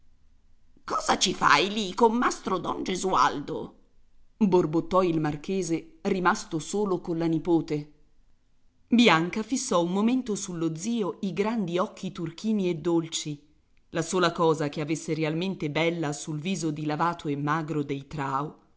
cosa ci fai lì con mastro don gesualdo borbottò il marchese rimasto solo colla nipote bianca fissò un momento sullo zio i grandi occhi turchini e dolci la sola cosa che avesse realmente bella sul viso dilavato e magro dei